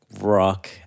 rock